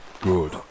Good